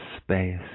space